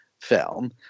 film